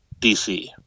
DC